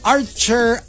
Archer